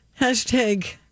Hashtag